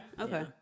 Okay